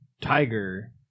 Tiger